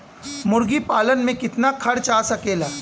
मुर्गी पालन में कितना खर्च आ सकेला?